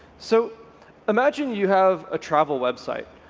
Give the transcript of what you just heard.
so imagine you have a travel website.